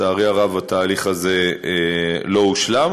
לצערי הרב התהליך הזה לא הושלם,